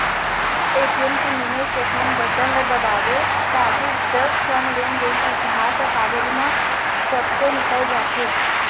ATM के mini statement button ल दबावें त आखरी दस ठन लेनदेन के इतिहास ह कागज म छपके निकल जाथे